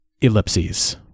Ellipses